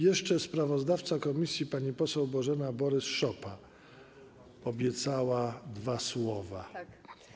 Jeszcze sprawozdawca komisji pani poseł Bożena Borys-Szopa obiecała dwa słowa.